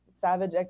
Savage